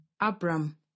Abram